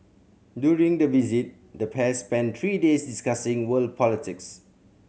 during the visit the pair spent three days discussing world politics